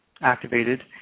activated